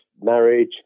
marriage